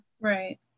Right